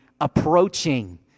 approaching